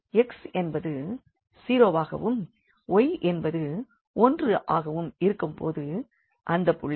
x என்பது 0 வாகவும் y என்பது1 ஆகவும் இருக்கும் பொழுது அந்தப் புள்ளி